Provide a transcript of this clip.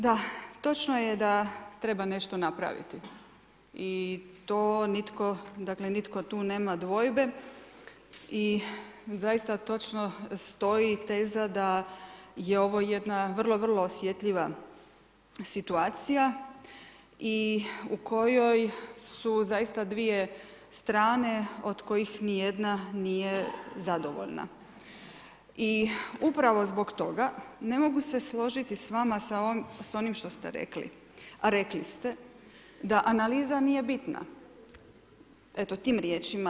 Dakle, da točno je da treba nešto napraviti i to nitko dakle, nitko tu nema dvojbe i zaista točno stoji teza da je ovo jedna vrlo vrlo osjetljiva situacija i u kojoj su zaista dvije strane od kojih ni jedna nije zadovoljno i upravo zbog toga ne mogu se složiti s vama s onim što ste rekli, a rekli ste da analiza nije bitno, eto tim riječima.